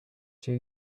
two